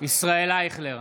ישראל אייכלר,